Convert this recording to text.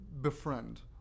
befriend